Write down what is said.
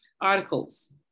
articles